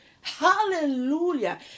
hallelujah